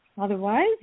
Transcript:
Otherwise